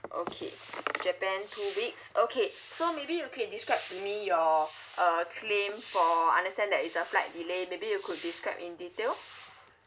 okay japan two weeks okay so maybe you can describe to me your uh claim for understand that it's a flight delay maybe you could describe in detail